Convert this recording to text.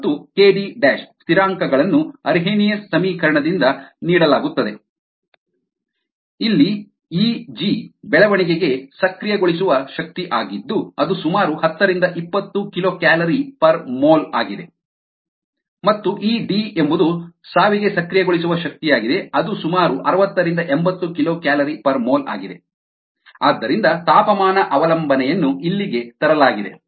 ಮತ್ತು kd ಸ್ಥಿರಾಂಕಗಳನ್ನು Arrhenius ಸಮೀಕರಣದಿಂದ ನೀಡಲಾಗುತ್ತದೆ Aexp EgRT kdAexp EdRT ಇಲ್ಲಿ Eg ಬೆಳವಣಿಗೆಗೆ ಸಕ್ರಿಯಗೊಳಿಸುವ ಶಕ್ತಿ ಆಗಿದ್ದು ಅದು ಸುಮಾರು 10 - 20 kcal mol 1 ಮತ್ತು Ed ಎಂಬುದು ಸಾವಿಗೆ ಸಕ್ರಿಯಗೊಳಿಸುವ ಶಕ್ತಿಯಾಗಿದೆ ಅದು ಸುಮಾರು 60 - 80 kcal mol 1 ಆದ್ದರಿಂದ ತಾಪಮಾನ ಅವಲಂಬನೆಯನ್ನು ಇಲ್ಲಿಗೆ ತರಲಾಗಿದೆ